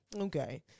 Okay